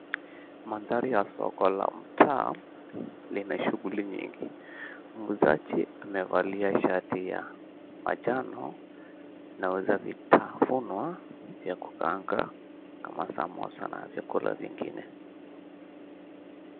Mandhari ya soko la mtaa, lina shughuli nyingi. Muuzaji amevalia shati ya manjano, anauza vitafunwa ya kukaanga kama samosa na vyakula vingine.